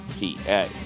PA